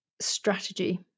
strategy